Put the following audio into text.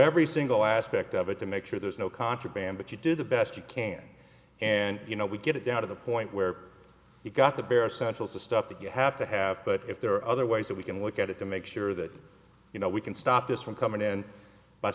every single aspect of it to make sure there's no contraband but you do the best you can and you know we get it down to the point where you've got the bare essentials the stuff that you have to have but if there are other ways that we can look at it to make sure that you know we can stop this from coming in by